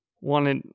wanted